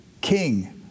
king